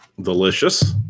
delicious